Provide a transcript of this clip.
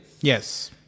Yes